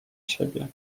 siebie